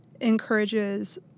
encourages